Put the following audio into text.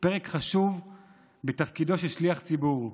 פרק חשוב בתפקידו של שליח ציבור: